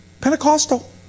Pentecostal